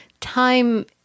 time